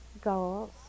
goals